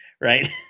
right